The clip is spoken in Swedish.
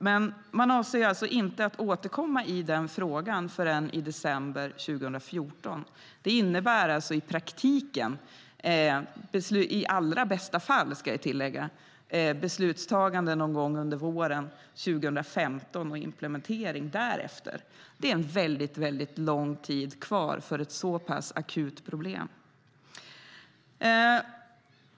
Men regeringen avser alltså inte att återkomma i frågan förrän i december 2014. Detta innebär i praktiken - i allra bästa fall, ska jag tillägga - beslutsfattande någon gång under våren 2015 och implementering därefter. Det är lång tid kvar för ett så pass akut problem.